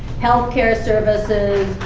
health care services,